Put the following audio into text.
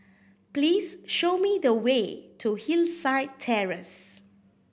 please show me the way to Hillside Terrace